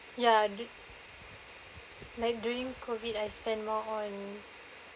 ya du~ like during COVID I spent more on